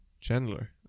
Chandler